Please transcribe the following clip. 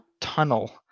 tunnel